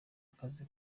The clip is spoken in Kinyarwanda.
akazi